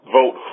vote